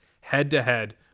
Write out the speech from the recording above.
head-to-head